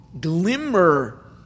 glimmer